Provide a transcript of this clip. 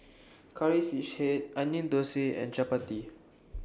Curry Fish Head Onion Thosai and Chappati